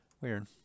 Weird